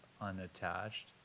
unattached